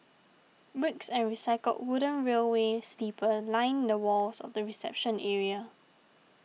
bricks and recycled wooden railway sleepers line the walls of the reception area